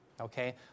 Okay